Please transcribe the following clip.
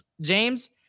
James